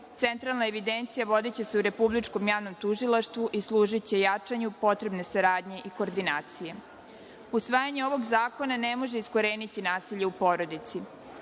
Centralna evidencija vodiće se u Republičkom javnom tužilaštvu i služiće jačanju potrebne saradnje i koordinacije. Usvajanje ovog zakona ne može iskoreniti nasilja u porodici.